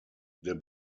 der